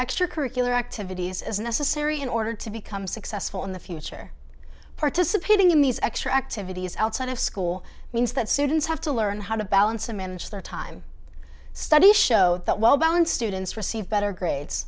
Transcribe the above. extra curricular activities as necessary in order to become successful in the future participating in these extra activities outside of school means that students have to learn how to balance and manage their time studies show that well balanced students receive better grades